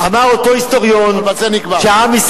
ובזה נגמר.